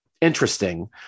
interesting